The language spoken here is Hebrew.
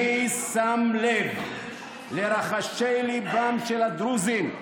אני שם לב לרחשי ליבם של הדרוזים.